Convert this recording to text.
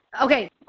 Okay